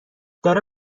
داره